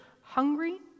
hungry